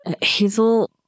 Hazel